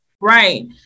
Right